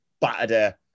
Battered